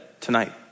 tonight